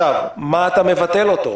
מה אתה מבטל אותו?